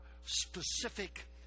specific